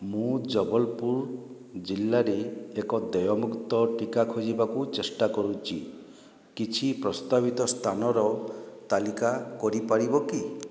ମୁଁ ଜବଲପୁର ଜିଲ୍ଲାରେ ଏକ ଦେୟମୁକ୍ତ ଟିକା ଖୋଜିବାକୁ ଚେଷ୍ଟା କରୁଛି କିଛି ପ୍ରସ୍ତାବିତ ସ୍ଥାନର ତାଲିକା କରିପାରିବ କି